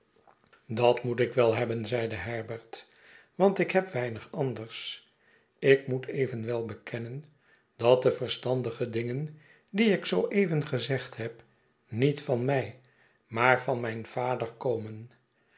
dat moet ik wel hebben zeide herbert want ik heb weinig anders ik moet evenwel bekennen dat de verstandige dingen die ik zoo even gezegd heb niet van mij maar van mijn vader komen